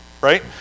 right